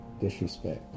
disrespect